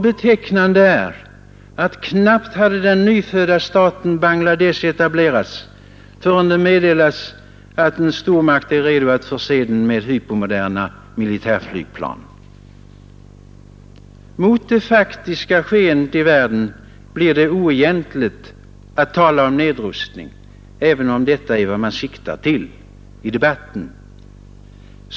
Betecknande är att knappt hade den nyfödda staten Bangladesh etablerats, förrän det meddelas att en stormakt är redo att förse den med hypermoderna militärflygplan. Mot det faktiska skeendet i världen blir det oegentligt att tala om nedrustning, även om detta är vad man i debatten siktar till.